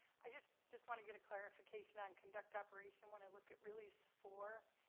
i just just want to get a clarification on conduct operation. when i look at release four,